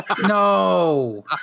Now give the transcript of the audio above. no